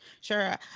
Sure